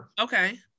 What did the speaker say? Okay